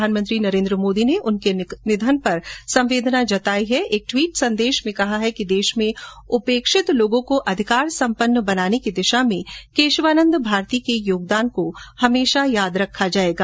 प्रधानमंत्री नरेन्द्र मोदी ने उनके निधन पर द्ख जताते हये एक ट्वीट संदेश में कहा कि देश में उपेक्षित लोगों को अधिकार संपन्न बनाने की दिशा में केशवानंद भारती के योगदान को हमेशा याद रखा जायेगा